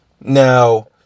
Now